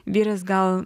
vyras gal